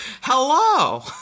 Hello